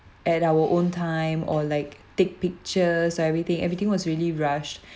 at our own time or like take pictures so everything everything was really rushed